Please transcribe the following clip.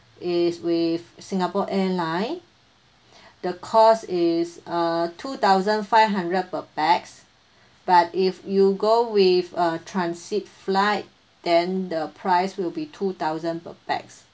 it's with singapore airlines the cost is uh two thousand five hundred per pax but if you go with a transit flight then the price will be two thousand per pax